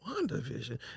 WandaVision